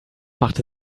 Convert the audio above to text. machte